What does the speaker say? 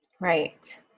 Right